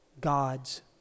God's